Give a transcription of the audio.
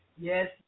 Yes